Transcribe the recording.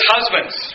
Husbands